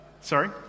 Sorry